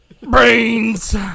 Brains